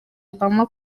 obama